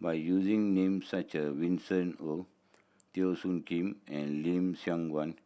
by using names such as Winston Oh Teo Soon Kim and Lim Siong Guan